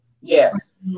Yes